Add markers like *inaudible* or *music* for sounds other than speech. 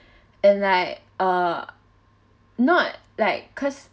*breath* and I err not like cause